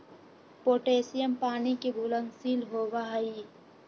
potassium पानी के घुलनशील होबा हई